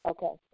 Okay